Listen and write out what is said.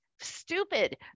stupid